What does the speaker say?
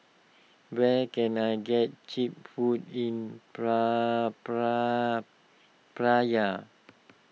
where can I get Cheap Food in Praia